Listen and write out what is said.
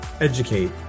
educate